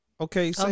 Okay